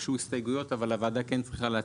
הצבעה ההסתייגות נדחתה.